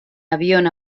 avión